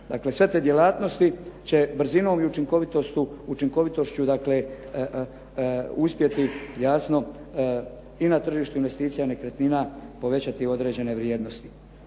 Dakle sve te djelatnosti će brzinom i učinkovitošću uspjeti i na tržištu investicija nekretnina povećati određene vrijednosti.